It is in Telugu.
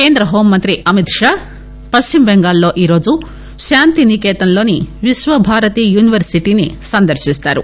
కేంద్రహోంమంత్రి అమిత్షా పశ్చిమబెంగాల్లో ఈ రోజు శాంతి నికేతస్లోని విశ్వభారతి యూనివర్సిటీని సందర్పిస్తారు